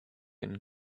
and